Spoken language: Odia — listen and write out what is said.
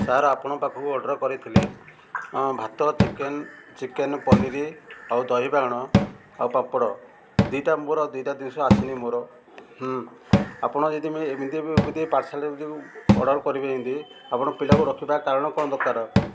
ସାର୍ ଆପଣଙ୍କ ପାଖକୁ ଅର୍ଡ଼ର୍ କରିଥିଲି ଭାତ ଚିକେନ୍ ଚିକେନ୍ ପନିର୍ ଆଉ ଦହିବାଇଗଣ ଆଉ ପାପଡ଼ ଦୁଇଟା ମୋର ଦୁଇଟା ଜିନିଷ ଆସିନି ମୋର ଆପଣ ଯଦି ମୁଁ ଏମିତି ଏମିତି ପାର୍ସଲ୍ରେ ଯଦି ଅର୍ଡ଼ର୍ କରିବେ ଏମିତି ଆପଣ ପିଲାକୁ ରଖିବା କାରଣ କ'ଣ ଦରକାର